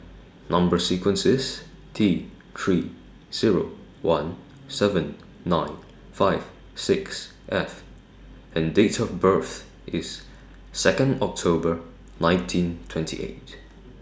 Number sequence IS T three Zero one seven nine five six F and Date of birth IS Second October nineteen twenty eight